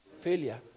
failure